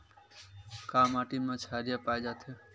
का माटी मा क्षारीय पाए जाथे?